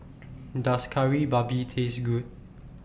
Does Kari Babi Taste Good